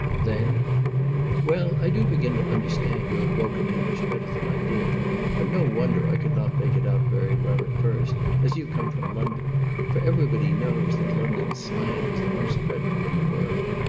then well, i do begin to understand your broken english better than i did but no wonder i could not make it out very well at first, as you come from london for every body knows that london slang is the most dreadful in the world.